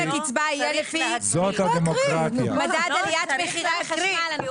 הקצבה יהיה לפי הצמדה למדד עליית מחירי החשמל.